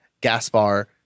Gaspar